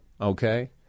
okay